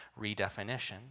redefinition